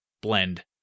blend